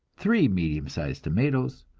three medium sized tomatoes,